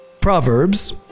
Proverbs